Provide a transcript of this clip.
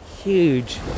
huge